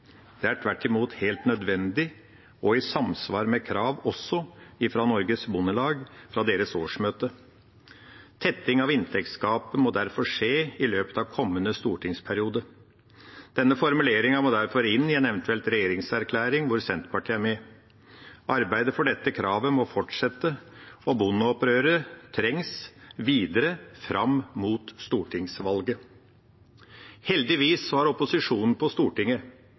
Det er tvert imot helt nødvendig og i samsvar med krav også fra årsmøtet i Norges Bondelag. Tetting av inntektsgapet må skje i løpet av kommende stortingsperiode. Denne formuleringen må derfor inn i en eventuell regjeringserklæring hvor Senterpartiet er med. Arbeidet for dette kravet må fortsette, og bondeopprøret trengs videre fram mot stortingsvalget. Heldigvis har opposisjonen på Stortinget,